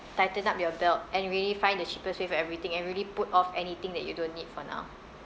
tighten up your belt and really find the cheapest way for everything and really put off anything that you don't need for now